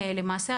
למעשה,